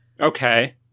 Okay